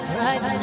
right